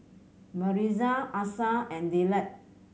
Marisa Asa and Dillard